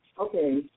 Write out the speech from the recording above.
Okay